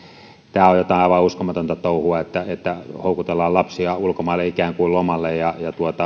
tämä on jotain aivan uskomatonta touhua että että houkutellaan lapsia ulkomaille ikään kuin lomalle ja